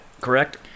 correct